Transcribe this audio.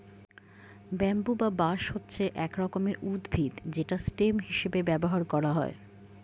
bamboo বা বাঁশ হচ্ছে এক রকমের উদ্ভিদ যেটা স্টেম হিসেবে ব্যবহার করা হয়